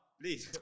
please